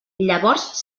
llavors